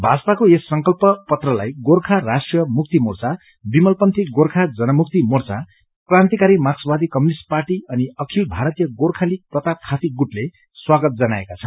भाजपाको यस संकलप् पत्रलाई गोर्खा राष्ट्रिय मुक्ति मोर्चा विमलपन्थी गोर्खा जनमुक्ति मोर्चा कान्तिकारी मार्कसवादी कम्युनिष्ट पार्टी अनि अखिल भारीत गोर्खा लीग प्रताप खाती गुटले स्वागत जनाएका छन्